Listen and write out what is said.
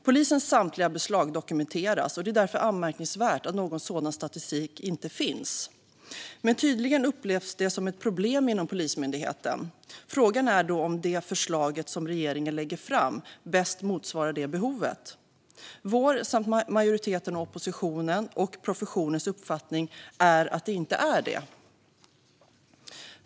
Polisens samtliga beslag dokumenteras, och det är därför anmärkningsvärt att någon sådan statistik inte finns. Tydligen upplevs detta dock som ett problem inom Polismyndigheten. Frågan är då om det förslag som regeringen lägger fram bäst motsvarar det behov som finns. Vår uppfattning, liksom uppfattningen hos majoriteten av oppositionen och hos professionen, är att det inte gör det.